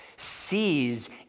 sees